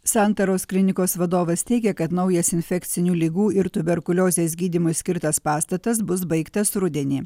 santaros klinikos vadovas teigia kad naujas infekcinių ligų ir tuberkuliozės gydymui skirtas pastatas bus baigtas rudenį